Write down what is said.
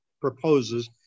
proposes